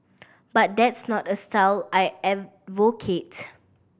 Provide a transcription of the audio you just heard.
but that's not style I advocate